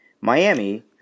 Miami